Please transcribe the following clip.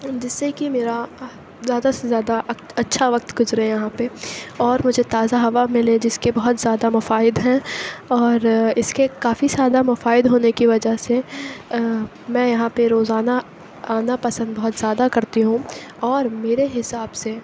جس سے کہ میرا زیادہ سے زیادہ اچھا وقت گزرے یہاں پہ اور مجھے تازہ ہوا ملے جس کے بہت زیادہ مفائد ہیں اور اس کے کافی زیادہ مفائد ہونے کی وجہ سے میں یہاں پہ روزانہ آنا پسند بہت زیادہ کرتی ہوں اور میرے حساب سے